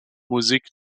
musik